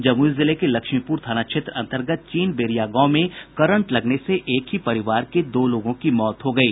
जमुई जिले के लक्ष्मीपुर थाना क्षेत्र अंतर्गत चीन बेरिया गांव में करंट लगने से एक ही परिवार के दो लोगों की मौत हो गयी